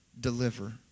deliver